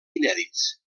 inèdits